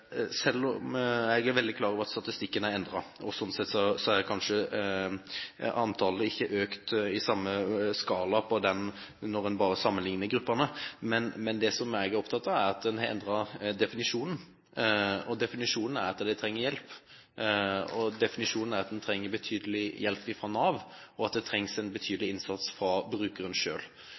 er veldig klar over at statistikken er endret, og sånn sett har antallet kanskje ikke økt i samme skala når en bare sammenligner gruppene, men det som jeg er opptatt av, er at man har endret definisjonen. Og definisjonen er at de trenger hjelp, de trenger betydelig hjelp fra Nav, og det trengs en betydelig innsats fra brukerne selv. Når man sier at det